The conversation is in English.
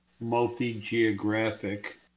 multi-geographic